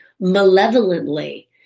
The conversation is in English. malevolently